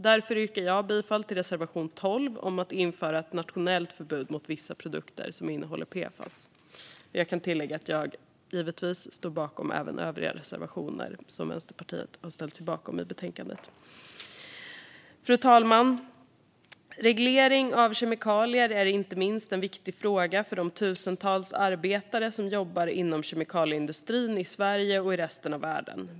Därför yrkar jag bifall till reservation 12 om att införa ett nationellt förbud mot vissa produkter som innehåller PFAS. Jag kan tillägga att jag givetvis står bakom även övriga reservationer som Vänsterpartiet har ställt sig bakom i betänkandet. Fru talman! Reglering av kemikalier är inte minst en viktig fråga för de tusentals arbetare som jobbar inom kemikalieindustrin i Sverige och i resten av världen.